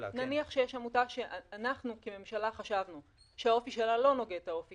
שיש עמותה שאנחנו כממשלה חשבנו שהאופי שלה לא נוגד את האופי